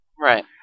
Right